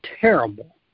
terrible